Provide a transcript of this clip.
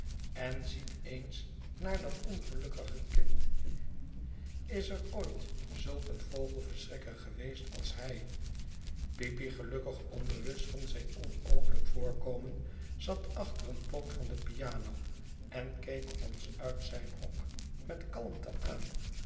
en ziet eens naar dat ongelukkige kind is er ooit zulk een vogelverschrikker geweest als hij peepy gelukkig onbewust van zijn onooglijk voorkomen zat achter een poot van de piano en keek ons uit zijn hok met kalmte aan